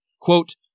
quote